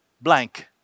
blank